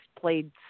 played